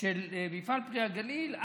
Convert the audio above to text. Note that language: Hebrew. של מפעל פרי הגליל,